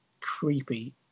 creepy